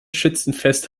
schützenfest